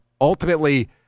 ultimately